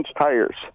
tires